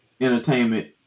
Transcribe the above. entertainment